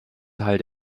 teil